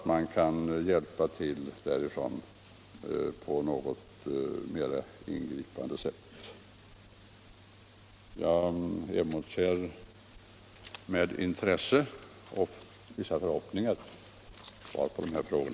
Man kan alltså inte därifrån få hjälp på något mer ingripande sätt. Jag emotser med intresse och vissa förhoppningar svar på dessa frågor.